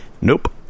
Nope